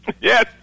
Yes